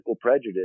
prejudice